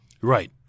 Right